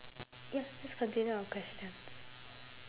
ya let's continue our questions